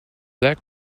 that